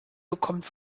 bekommt